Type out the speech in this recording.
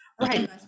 Right